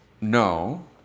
no